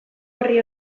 orri